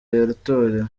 yatorewe